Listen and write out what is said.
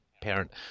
parent